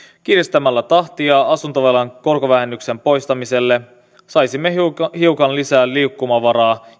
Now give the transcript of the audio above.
kiristämällä tahtia asuntovelan korkovähennyksen poistamisessa saisimme hiukan hiukan lisää liikkumavaraa